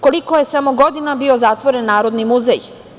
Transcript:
Koliko je samo godina bio zatvoren Narodni muzej?